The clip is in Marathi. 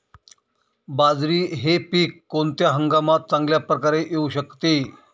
बाजरी हे पीक कोणत्या हंगामात चांगल्या प्रकारे येऊ शकते?